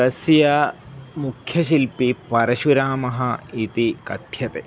तस्य मुख्यशिल्पिः परशुरामः इति कथ्यते